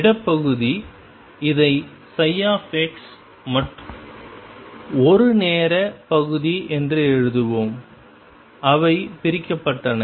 இடப்பகுதி இதை ψ மற்றும் ஒரு நேர பகுதி என்று எழுதுவோம் அவை பிரிக்கப்பட்டன